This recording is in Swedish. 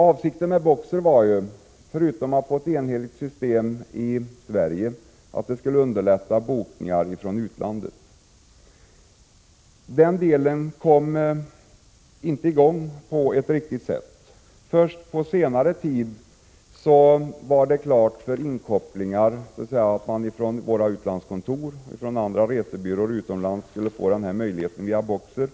Avsikten med BOKSER var, förutom att få ett enhetligt system i Sverige, att det skulle underlätta bokningar från utlandet. Den delen kom inte i gång på ett riktigt sätt. Först på senare tid var det klart för inkopplingar, så att våra utlandskontor och andra resebyråer utomlands kunde få bokningsmöjligheter via BOKSER.